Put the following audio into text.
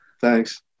Thanks